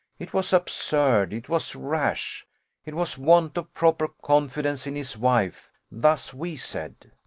it was absurd it was rash it was want of proper confidence in his wife thus we said.